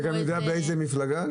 אתה יודע באיזו מפלגה?